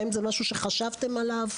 האם זה משהו שחשבתם עליו?